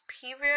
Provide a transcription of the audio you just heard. period